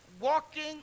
walking